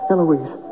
Eloise